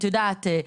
את יודעת,